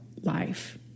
life